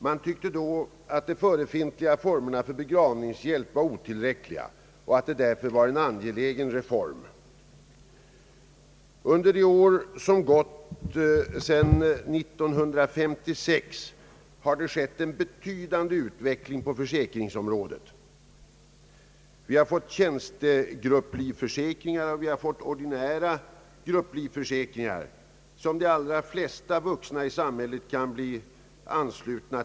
Man tyckte då, att de förefintliga formerna för begravningshjälp var otillräckliga och att detta därför vore en angelägen reform. Under de år som gått sedan år 1956 har emellertid en betydande utveckling ägt rum på försäkringsområdet. Vi har under denna tid fått tjänstegrupplivförsäkringar och ordinära grupplivförsäkringar, till vilka de allra flesta vuxna i samhället kan bli anslutna.